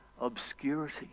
obscurity